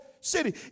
city